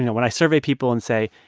you know when i survey people and say,